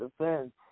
Defense